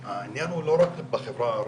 העניין הוא לא רק בחברה הערבית,